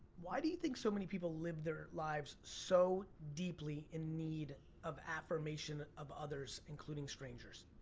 why do you think so many people live their lives so deeply in need of affirmation of others, including strangers?